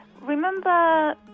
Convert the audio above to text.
Remember